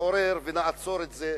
שנתעורר ונעצור את זה,